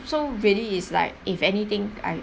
so really is like if anything I